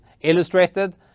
illustrated